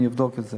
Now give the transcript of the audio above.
אני אבדוק את זה,